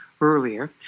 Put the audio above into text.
earlier